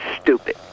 stupid